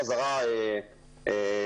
רשות שוק ההון מתוקצבת כולה -- כבר העלית את זה,